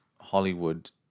Hollywood